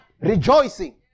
rejoicing